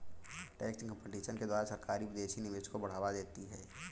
tax competition के द्वारा सरकारी विदेशी निवेश को बढ़ावा देती है